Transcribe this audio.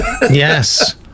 yes